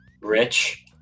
rich